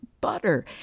butter